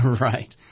Right